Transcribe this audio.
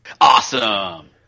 Awesome